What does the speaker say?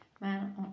Men